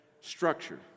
structure